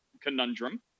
conundrum